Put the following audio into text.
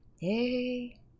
Hey